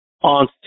on